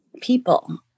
people